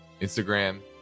Instagram